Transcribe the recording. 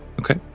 Okay